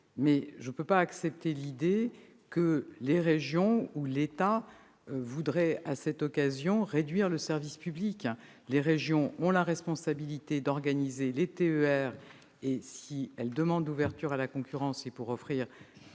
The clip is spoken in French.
plus, je ne peux pas laisser dire que les régions ou l'État voudraient, à cette occasion, réduire le service public. Les régions ont la responsabilité d'organiser les TER. Si elles demandent l'ouverture à la concurrence, c'est pour offrir